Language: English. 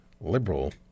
liberal